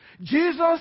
Jesus